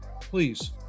Please